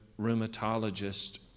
rheumatologist